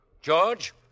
George